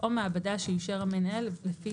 או מעבדה שאישר המנהל לפי